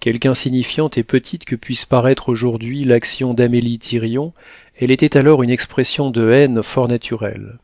quelque insignifiante et petite que puisse paraître aujourd'hui l'action d'amélie thirion elle était alors une expression de haine fort naturelle